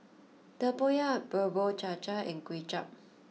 Tempoyak Bubur Cha Cha and Kuay Chap